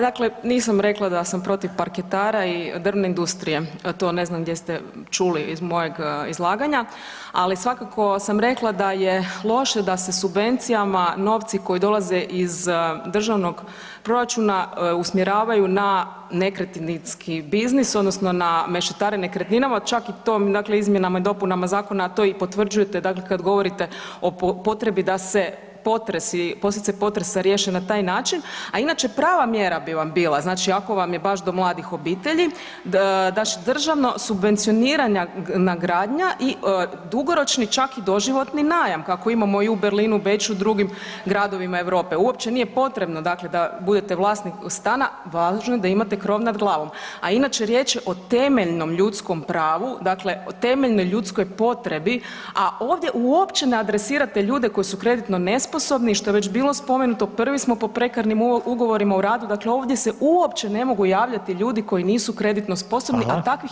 Dakle, nisam rekla da sam protiv parketara i drvne industrije, to ne znam gdje ste čuli iz mojeg izlaganja, ali svakako sam rekla da je loše da se subvencijama novci koji dolaze iz državnog proračuna usmjeravaju na nekretninski biznis odnosno na mešetarenje nekretninama, čak i to izmjenama i dopunama to i potvrđujete, dakle kad govorite o potrebi da se potresi, posljedice potresa riješe na taj način a inače prava mjera bi vam bila, znači ako vam je baš do mladih obitelji, znači državno-subvencionirana gradnja i dugoročni čak i doživotni najam, kako imamo i u Berlinu, Beču, dr. gradovima Europe, uopće nije potrebno da da budete vlasnik stana, važno je da imate krov nad glavom a inače riječ je o temeljenom ljudskom pravu, dakle o temeljnom ljudskoj potrebi a ovdje uopće neadresirate ljude koji su kreditno nesposobni, što je već bilo spomenuto, prvi smo po prekarnim ugovorima o radu, dakle ovdje se uopće ne mogu javljati ljudi koji nisu kreditno sposobni a takvih je najviše.